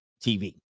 TV